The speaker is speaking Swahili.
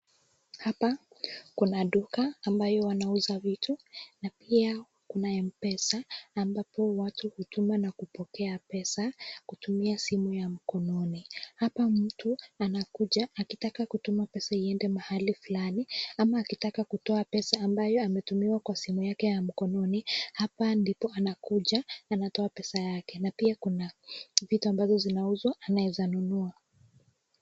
Hapa kuna duka ambayo wanauza vitu na pia kunaye M-Pesa na ambapo watu hutuma na kupokea pesa kutumia simu ya mkononi. Hapa mtu anakuja akitaka kutuma pesa iende mahali fulani ama akitaka kutoa pesa ambayo ametumiwa kwa simu yake ya mkononi. Hapa ndipo anakuja anatoa pesa yake. Na pia kuna vitu ambavyo zinauzwa anaweza nunua.